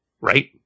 Right